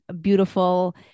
beautiful